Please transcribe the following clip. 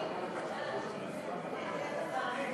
התשע"ה 2015,